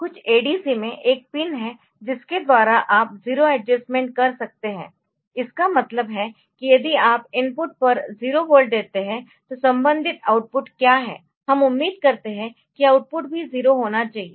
कुछ ADC में एक पिन है जिसके द्वारा आप 0 एडजस्टमेंट कर सकते है इसका मतलब है कि यदि आप इनपुट पर 0 वोल्ट देते है तो संबंधित आउटपुट क्या है हम उम्मीद करते है कि आउटपुट भी 0 होना चाहिए